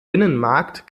binnenmarkt